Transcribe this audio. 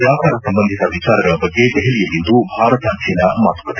ವ್ಲಾಪಾರ ಸಂಬಂಧಿತ ವಿಚಾರಗಳ ಬಗ್ಗೆ ದೆಹಲಿಯಲ್ಲಿಂದು ಭಾರತ ಚೀನಾ ಮಾತುಕತೆ